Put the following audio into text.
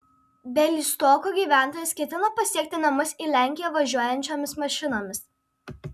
bialystoko gyventojas ketino pasiekti namus į lenkiją važiuojančiomis mašinomis